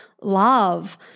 love